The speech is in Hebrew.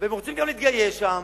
והם רוצים גם להתגייס שם,